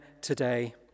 today